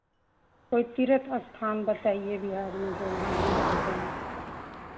कोई तीर्थ स्थान बताइए बिहार में जो वहाँ घूम सकें